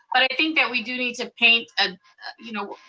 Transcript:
but i think that we do need to paint, ah you know